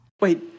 Wait